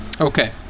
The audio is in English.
Okay